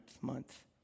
month